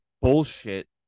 bullshit